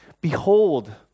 Behold